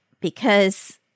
because-